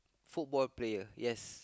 football player yes